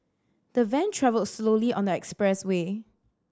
the van travelled slowly on the expressway